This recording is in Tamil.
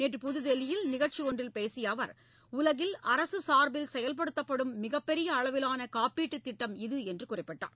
நேற்று புதுதில்லியில் நிகழ்ச்சியொன்றில் பேசிய அவர் உலகில் அரசு சார்பில் செய்படுத்தப்படும் மிகப்பெரிய அளவிலான காப்பீட்டு திட்டம் இது என்று குறிப்பிட்டார்